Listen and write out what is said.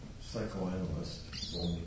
psychoanalyst